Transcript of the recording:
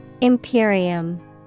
Imperium